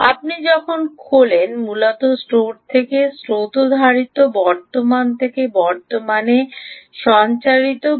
আপনি যখন খোলেন মূলত স্টোর থেকে কারেন্ট সঞ্চারিত করে